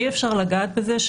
אי אפשר לגעת בזה,